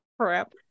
crap